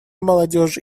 молодежи